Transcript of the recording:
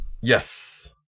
yes